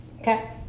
Okay